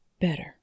Better